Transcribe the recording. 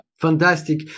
Fantastic